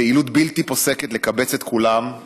פעילות בלתי פוסקת לקבץ את כולם,